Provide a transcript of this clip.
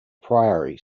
priory